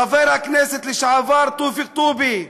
חבר הכנסת לשעבר תופיק טובי.